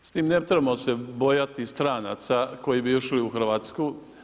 S tim ne trebamo se bojati stranaca koji bi ušli u Hrvatsku.